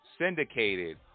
syndicated